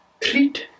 treat